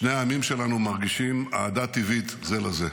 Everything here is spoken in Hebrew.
שני העמים שלנו מרגישים אהדה טבעית זה לזה.